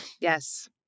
Yes